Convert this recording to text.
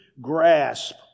grasp